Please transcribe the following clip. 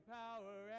power